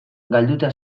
galduta